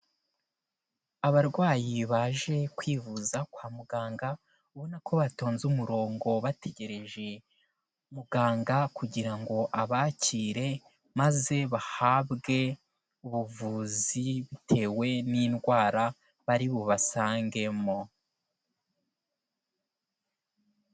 Abarwayi baje kwivuza kwa muganga, ubona ko batonze umurongo bategereje muganga kugira ngo abakire maze bahabwe ubuvuzi bitewe n'indwara bari bubasangemo.